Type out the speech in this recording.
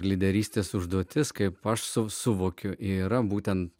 lyderystės užduotis kaip aš su suvokiu yra būtent